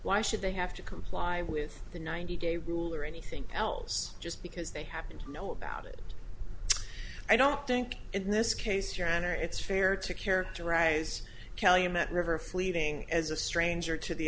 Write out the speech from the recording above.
why should they have to comply with the ninety day rule or anything else just because they happen to know about it i don't think in this case your honor it's fair to characterize calumet river fleeting as a stranger to the